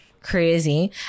Crazy